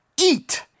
Eat